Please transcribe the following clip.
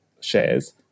shares